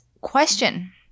question